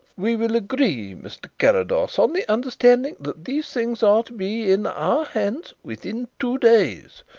we will agree, mr. carrados, on the understanding that these things are to be in our hands within two days.